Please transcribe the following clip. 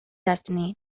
destiny